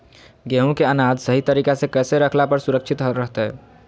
गेहूं के अनाज सही तरीका से कैसे रखला पर सुरक्षित रहतय?